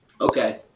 Okay